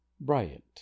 Bryant